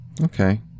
Okay